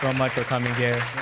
um much for coming here.